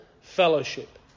fellowship